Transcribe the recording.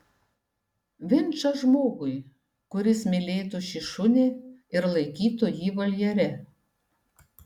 vinčą žmogui kuris mylėtų šį šunį ir laikytų jį voljere